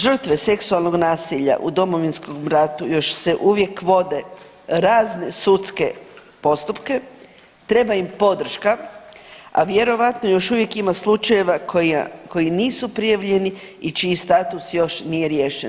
Žrtve seksualnog nasilja u Domovinskom ratu još se uvijek vode razne sudske postupke, treba im podrška, a vjerovatno još uvijek ima slučajeva koji nisu prijavljeni i čiji status još nije riješen.